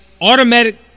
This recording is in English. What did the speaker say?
Automatic